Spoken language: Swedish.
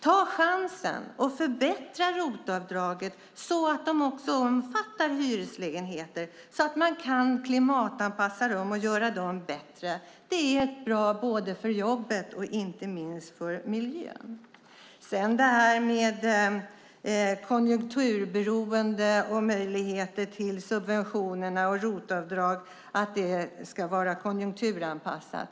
Ta chansen att förbättra ROT-avdraget så att det också omfattar hyreslägenheter så att man kan klimatanpassa dem och göra dem bättre. Det är bra för jobben och inte minst för miljön. Möjligheter till subventioner och ROT-avdrag ska vara konjunkturanpassat.